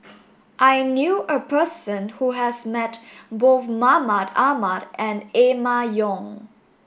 I knew a person who has met both Mahmud Ahmad and Emma Yong